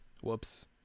Whoops